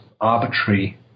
arbitrary